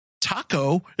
Taco